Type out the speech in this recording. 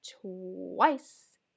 twice